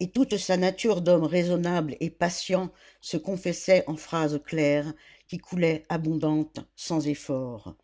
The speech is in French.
et toute sa nature d'homme raisonnable et patient se confessait en phrases claires qui coulaient abondantes sans effort